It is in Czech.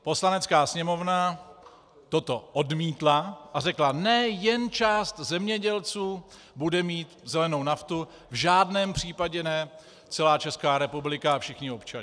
Poslanecká sněmovna toto odmítla a řekla: Ne, jen část zemědělců bude mít zelenou naftu, v žádném případě ne celá Česká republika a všichni občané.